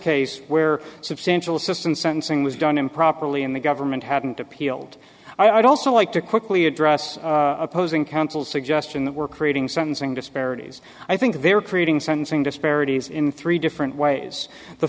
case where substantial assistance sentencing was done improperly and the government hadn't appealed i'd also like to quickly address opposing counsel suggestion that we're creating sentencing disparities i think they're creating sentencing disparities in three different ways the